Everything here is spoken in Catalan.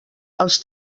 els